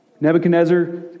Nebuchadnezzar